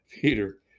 Peter